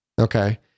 okay